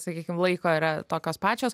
sakykim laiko yra tokios pačios